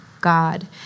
God